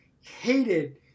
hated